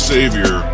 Savior